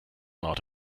not